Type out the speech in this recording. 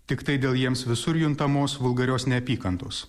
tiktai dėl jiems visur juntamos vulgarios neapykantos